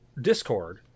Discord